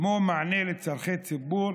כמו מענה לצורכי ציבור,